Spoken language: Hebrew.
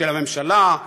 של הממשלה,